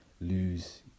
lose